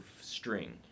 string